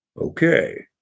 Okay